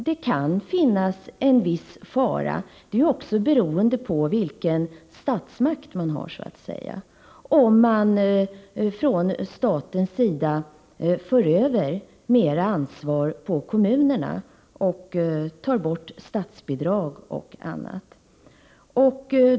Det kan ligga en viss fara i — bl.a. beroende på vilken statsmakt vi så att säga har — om man från statens sida för över mer ansvar till kommunerna och tar bort statsbidrag och annat.